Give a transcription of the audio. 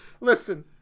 Listen